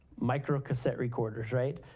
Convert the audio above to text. micro cassette recorders, right?